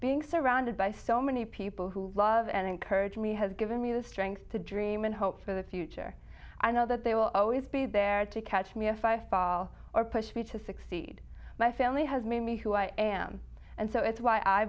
being surrounded by so many people who love and encourage me has given me the strength to dream and hope for the future i know that they will always be there to catch me if i fall or push me to succeed my family has made me who i am and so it's why i